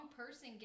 person